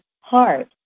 heart